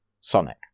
sonic